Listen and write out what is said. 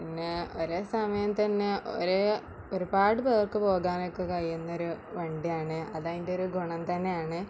പിന്നേ ഒരേ സമയം തന്നെ ഒര്പാട് പേർക്ക് പോകാനൊക്കെ കഴിയുന്നൊരു വണ്ടിയാണ് അത് അതിൻ്റെ ഒരു ഗുണം തന്നെയാണ്